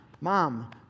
mom